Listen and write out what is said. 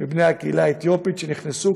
מבני הקהילה האתיופית שנכנסו.